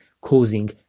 causing